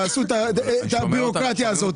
תעשו את הבירוקרטיה הזאת,